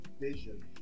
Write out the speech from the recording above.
vision